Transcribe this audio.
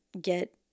get